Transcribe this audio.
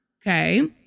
okay